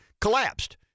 collapsed